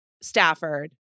Stafford